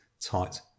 tight